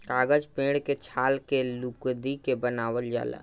कागज पेड़ के छाल के लुगदी के बनावल जाला